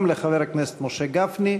וגם לחבר הכנסת משה גפני.